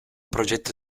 progetto